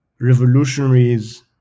revolutionaries